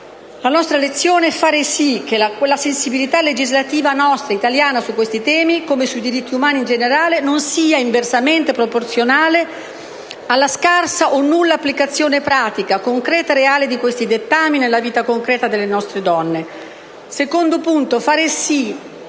La nostra lezione è fare sì che la sensibilità legislativa, nostra, italiana su questi temi, come sui diritti umani in generale, sia inversamente proporzionale alla scarsa o nulla applicazione pratica, concreta e reale di questi dettami nella vita concreta delle nostre donne. In secondo luogo, bisogna fare sì che essere il